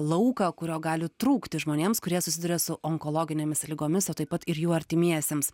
lauką kurio gali trūkti žmonėms kurie susiduria su onkologinėmis ligomis o taip pat ir jų artimiesiems